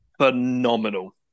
phenomenal